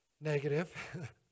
negative